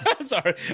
Sorry